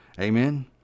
Amen